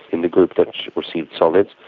in the group that received solids,